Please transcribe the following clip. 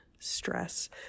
stress